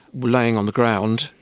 laying on the ground.